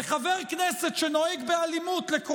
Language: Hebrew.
וחבר כנסת שנוהג באלימות, לקורבן.